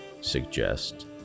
suggest